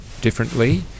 differently